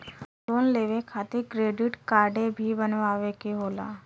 Loan लेवे खातिर credit काडे भी बनवावे के होला?